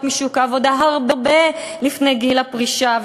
משוק העבודה הרבה לפני גיל הפרישה,